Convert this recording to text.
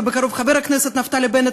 ובקרוב חבר הכנסת נפתלי בנט,